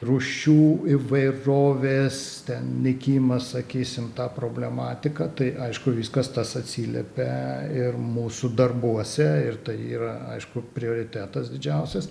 rūšių įvairovės ten nykimą sakysim tą problematiką tai aišku viskas tas atsiliepia ir mūsų darbuose ir tai yra aišku prioritetas didžiausias